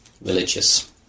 religious